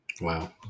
Wow